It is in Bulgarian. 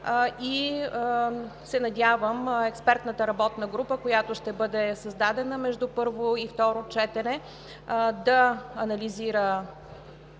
Надявам се експертната работна група, която ще бъде създадена между първо и второ четене, да анализира ситуацията